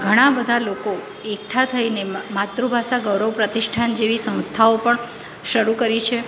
ઘણા બધા લોકો એકઠા થઈને મ માતૃભાષા ગૌરવ પ્રતિષ્ઠાન જેવી સંસ્થાઓ પણ શરૂ કરી છે